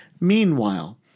Meanwhile